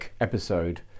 episode